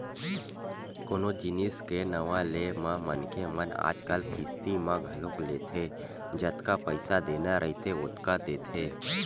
कोनो जिनिस के नवा ले म मनखे मन आजकल किस्ती म घलोक लेथे जतका पइसा देना रहिथे ओतका देथे